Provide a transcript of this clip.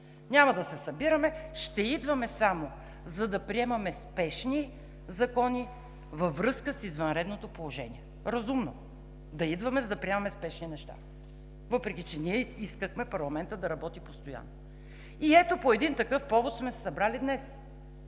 Няма да се събираме, ще идваме само за да приемаме спешни закони във връзка с извънредното положение. Разумно – да идваме, за да приемаме спешни неща, въпреки че ние искахме парламентът да работи постоянно. И ето, по един такъв повод сме се събрали днес